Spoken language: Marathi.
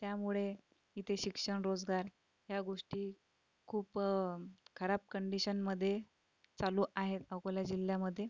त्यामुळे इथे शिक्षण रोजगार ह्या गोष्टी खूप खराब कंडिशनमध्ये चालू आहे अकोला जिल्ह्यामधे